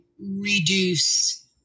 reduce